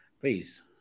please